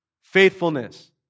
faithfulness